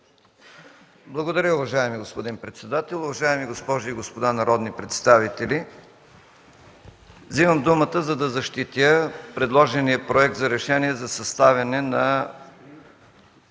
Благодаря, уважаеми господин председател. Уважаеми госпожи и господа народни представители! Вземам думата, да за защитя предложения Проект за решение за съставяне на